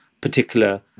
Particular